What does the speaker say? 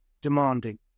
demanding